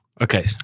okay